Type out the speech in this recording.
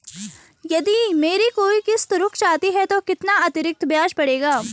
यदि मेरी कोई किश्त रुक जाती है तो कितना अतरिक्त ब्याज पड़ेगा?